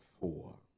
four